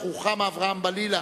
רוחמה אברהם-בלילא,